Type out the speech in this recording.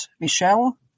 Michelle